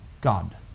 God